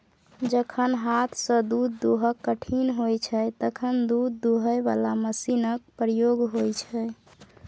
जखन हाथसँ दुध दुहब कठिन होइ छै तखन दुध दुहय बला मशीनक प्रयोग होइ छै